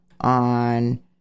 on